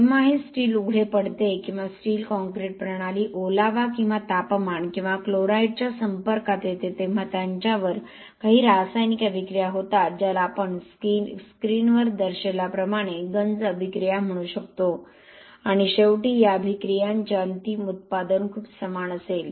जेव्हा हे स्टील उघडे पडते किंवा स्टील कॉंक्रीट प्रणाली ओलावा किंवा तापमान किंवा क्लोराईड्सच्या संपर्कात येते तेव्हा त्यांच्यावर काही रासायनिक अभिक्रिया होतात ज्याला आपण स्क्रीनवर दर्शविल्याप्रमाणे गंज अभिक्रिया म्हणू शकतो आणि शेवटी या अभिक्रियांचे अंतिम उत्पादन खूप समान असेल